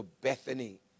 Bethany